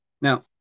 Now